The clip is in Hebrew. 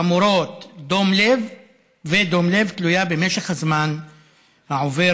חמורות ודום לב תלויה במשך הזמן העובר